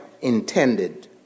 intended